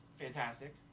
fantastic